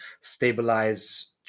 stabilize